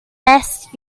best